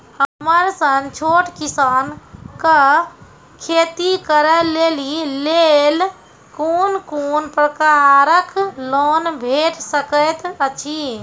हमर सन छोट किसान कअ खेती करै लेली लेल कून कून प्रकारक लोन भेट सकैत अछि?